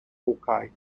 hawkeye